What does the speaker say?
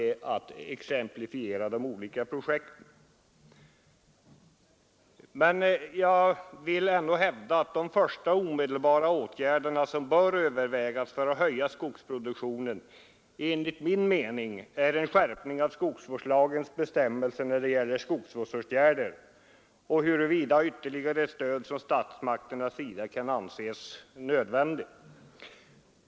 Den första omedelbara åtgärd som bör övervägas för att höja skogsproduktionen är enligt min mening en skärpning av skogsvårdslagens bestämmelser när det gäller skogsvårdsåtgärder. Man bör också undersöka huruvida ytterligare stöd från statsmakterna kan anses nödvändigt.